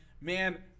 Man